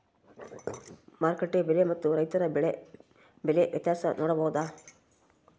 ಮಾರುಕಟ್ಟೆ ಬೆಲೆ ಮತ್ತು ರೈತರ ಬೆಳೆ ಬೆಲೆ ವ್ಯತ್ಯಾಸ ನೋಡಬಹುದಾ?